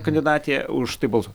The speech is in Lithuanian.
kandidatė už tai balsu